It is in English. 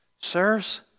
Sirs